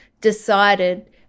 decided